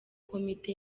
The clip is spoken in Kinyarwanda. komite